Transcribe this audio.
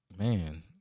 Man